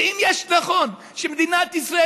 ואם נכון שמדינת ישראל,